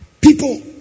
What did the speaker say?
People